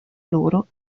loro